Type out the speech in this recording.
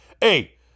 Hey